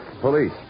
Police